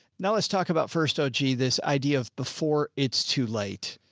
now let's talk about first. oh, gee. this idea of before it's too late.